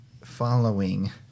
following